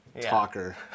talker